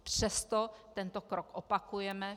Přesto tento krok opakujeme.